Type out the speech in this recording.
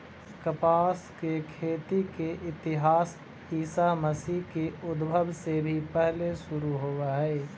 कपास के खेती के इतिहास ईसा मसीह के उद्भव से भी पहिले शुरू होवऽ हई